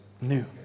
new